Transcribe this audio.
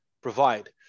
provide